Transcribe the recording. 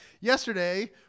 Yesterday